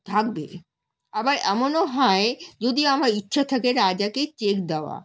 থাকবে আবার এমনও হয় যদি আমার ইচ্ছা থাকে রাজাকে চেক দেওয়া